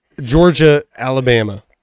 Georgia-Alabama